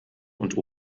und